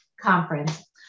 Conference